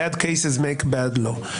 Bad cases make bad law,